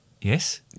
Yes